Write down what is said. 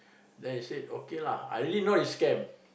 then he say okay lah I already know is scam